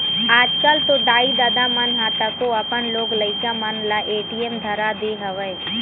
आजकल तो दाई ददा मन ह तको अपन लोग लइका मन ल ए.टी.एम धरा दे हवय